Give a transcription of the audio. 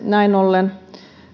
näin ollen